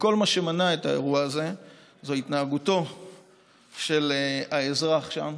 וכל מה שמנע את האירוע הזה היא התנהגותו של האזרח שם,